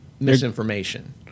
misinformation